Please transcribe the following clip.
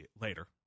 later